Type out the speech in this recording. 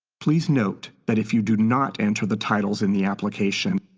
please note that if you do not enter the titles in the application,